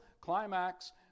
climax